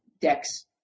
decks